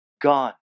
Gone